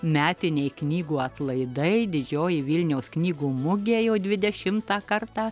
metiniai knygų atlaidai didžioji vilniaus knygų mugė jau dvidešimtą kartą